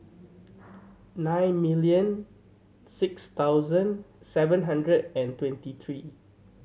nine million six thousand seven hundred and twenty three